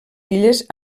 illes